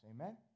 Amen